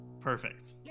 perfect